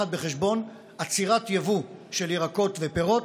בחשבון עצירת יבוא של ירקות ופירות.